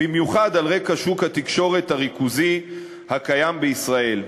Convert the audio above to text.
במיוחד על רקע שוק התקשורת הריכוזי הקיים בישראל.